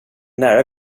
nära